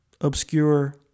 obscure